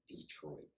Detroit